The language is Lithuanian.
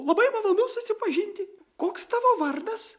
labai malonu susipažinti koks tavo vardas